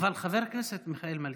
אבל חבר הכנסת מיכאל מלכיאלי,